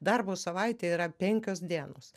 darbo savaitė yra penkios dienos